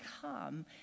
come